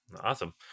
awesome